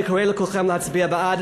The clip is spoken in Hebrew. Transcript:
אני קורא לכולכם להצביע בעד.